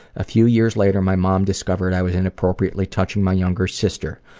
a few years later my mom discovered i was inappropriately touching my younger sister.